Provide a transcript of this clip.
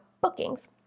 bookings